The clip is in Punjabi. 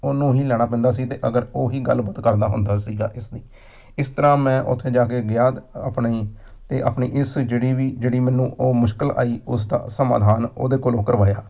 ਉਹਨੂੰ ਹੀ ਲੈਣਾ ਪੈਂਦਾ ਸੀ ਤੇ ਅਗਰ ਉਹ ਹੀ ਗੱਲਬਾਤ ਕਰਦਾ ਹੁੰਦਾ ਸੀਗਾ ਇਸ ਦੀ ਇਸ ਤਰ੍ਹਾਂ ਮੈਂ ਉੱਥੇ ਜਾ ਕੇ ਗਿਆ ਆਪਣੀ ਅਤੇ ਆਪਣੀ ਇਸ ਜਿਹੜੀ ਵੀ ਜਿਹੜੀ ਮੈਨੂੰ ਉਹ ਮੁਸ਼ਕਿਲ ਆਈ ਉਸ ਦਾ ਸਮਾਧਾਨ ਉਹਦੇ ਕੋਲੋਂ ਕਰਵਾਇਆ